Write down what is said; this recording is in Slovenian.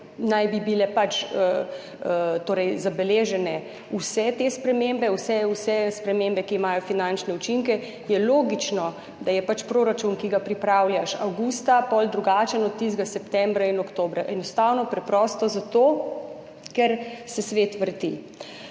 naj bi bile torej zabeležene vse te spremembe, vse spremembe, ki imajo finančne učinke, je logično, da je proračun, ki ga pripravljaš avgusta, potem drugačen od tistega septembra in oktobra. Enostavno zato, ker se svet vrti.